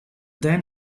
then